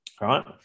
Right